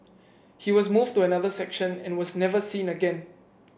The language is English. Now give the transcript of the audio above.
he was moved to another section and was never seen again